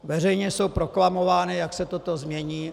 Veřejně jsou proklamovány, jak se toto změní.